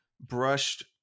brushed